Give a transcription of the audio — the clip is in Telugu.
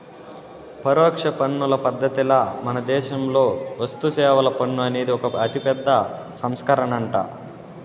పరోక్ష పన్నుల పద్ధతిల మనదేశంలో వస్తుసేవల పన్ను అనేది ఒక అతిపెద్ద సంస్కరనంట